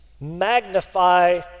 magnify